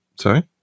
Sorry